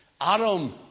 Adam